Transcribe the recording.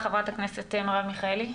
חברת הכנסת מרב מיכאלי.